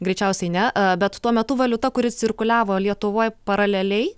greičiausiai ne bet tuo metu valiuta kuri cirkuliavo lietuvoj paraleliai